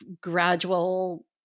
gradual